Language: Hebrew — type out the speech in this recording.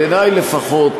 בעיני, לפחות,